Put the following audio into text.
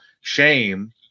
shame